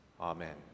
Amen